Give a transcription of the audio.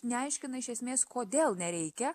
neaiškina iš esmės kodėl nereikia